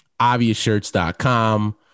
obviousshirts.com